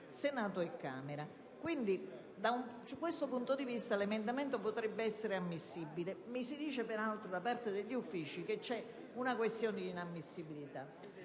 Senato e Camera; quindi, da questo punto di vista, l'emendamento potrebbe essere ammissibile. Mi si dice peraltro da parte degli Uffici che c'è una questione di inammissibilità.